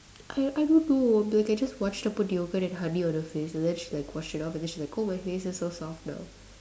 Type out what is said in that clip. I I don't know I mean I just watched her put yogurt and honey on her face and then she like washed it off and then she like oh my face is so soft now